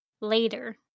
later